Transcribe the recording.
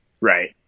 right